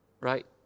right